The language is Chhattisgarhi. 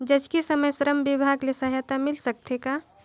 जचकी समय श्रम विभाग ले सहायता मिल सकथे का?